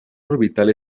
orbital